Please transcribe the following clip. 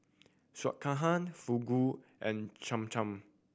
Sekihan Fugu and Cham Cham